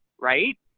right